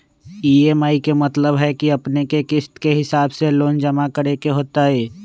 EMI के मतलब है कि अपने के किस्त के हिसाब से लोन जमा करे के होतेई?